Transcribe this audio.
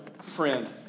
friend